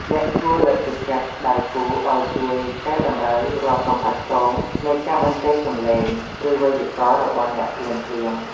អ្នកគួរលើកទឹកចិត្តដៃគូឱ្យជួយកែតម្រូវរាល់កំហុសឆ្គងនៃការបញ្ចេញសម្លេង ឬវេយ្យាករណ៍របស់អ្នកភ្លាមៗ។